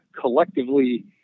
collectively